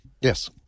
Yes